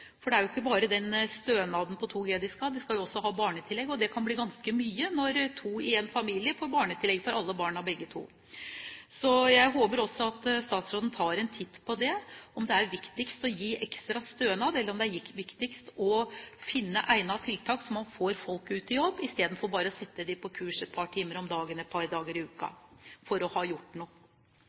det ikke gjør saken noe bedre. Deltakerne skal ikke bare ha stønaden på 2 G, de skal også ha barnetillegg, og det kan bli ganske mye når begge to i en familie får barnetillegg for alle barna. Så jeg håper at statsråden også tar en titt på om det er viktigst å gi ekstra stønad, eller om det er viktigst å finne egnet tiltak, slik at man får folk ut i jobb, i stedet for å sette dem på kurs et par timer om dagen et par dager i uken for å ha gjort noe.